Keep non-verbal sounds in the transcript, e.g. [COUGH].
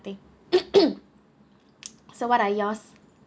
thing [NOISE] so what are yours